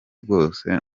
rwose